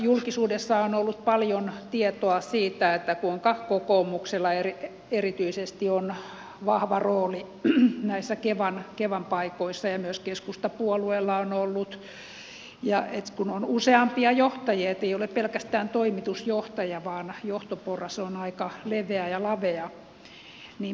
julkisuudessa on ollut paljon tietoa siitä kuinka kokoomuksella erityisesti on vahva rooli näissä kevan paikoissa ja myös keskustapuolueella on ollut ja että kun on useampia johtajia ettei ole pelkästään toimitusjohtaja vaan johtoporras on aika leveä ja lavea